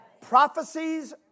Prophecies